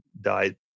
died